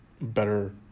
better